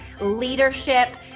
leadership